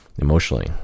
emotionally